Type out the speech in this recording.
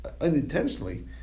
unintentionally